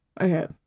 Okay